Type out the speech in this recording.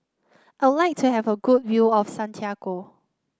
I would like to have a good view of Santiago